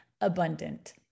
abundant